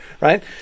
right